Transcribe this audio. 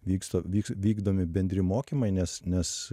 vyksta vyks vykdomi bendri mokymai nes nes